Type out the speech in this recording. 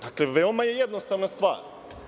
Dakle, veoma je jednostavna stvar.